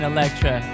Electra